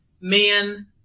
men